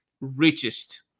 richest